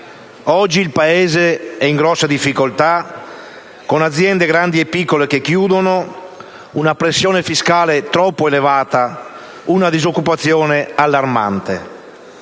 Oggi il Paese è in grande difficoltà, con aziende grandi e piccole che chiudono, una pressione fiscale troppo elevata, una disoccupazione allarmante.